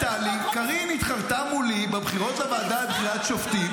אומרת טלי: קארין התחרתה מולי בבחירות לוועדה לבחירת שופטים,